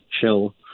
chill